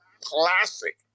classic